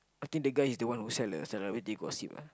I think the guy he's the one who sell the celebrity gossip ah